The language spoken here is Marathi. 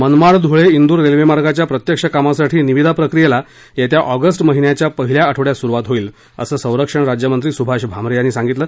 मनमाड धुळे व्रि रेल्वेमार्गाच्या प्रत्यक्ष कामासाठी निविदा प्रक्रियेला येत्या ऑगस्ट महिन्याच्या पहिल्या आठवड्यात सुरूवात होईल असं संरक्षण राज्यमंत्री सूभाष भामरे यांनी सांगितलं